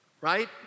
right